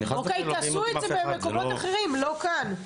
תעשו את זה במקומות אחרים, לא כאן.